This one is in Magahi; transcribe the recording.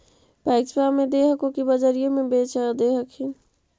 पैक्सबा मे दे हको की बजरिये मे बेच दे हखिन?